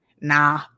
nah